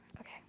Okay